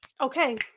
Okay